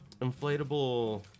inflatable